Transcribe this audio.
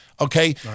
Okay